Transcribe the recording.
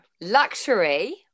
luxury